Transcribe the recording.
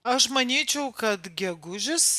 aš manyčiau kad gegužis